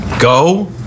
Go